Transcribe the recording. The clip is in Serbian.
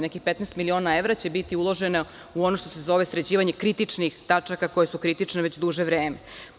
Nekih 15 miliona evra će biti uloženo u ono što se zove sređivanje kritičnih tačaka koje su kritične već duže vreme.